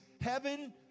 heaven